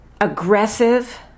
aggressive